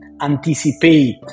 anticipate